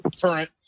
current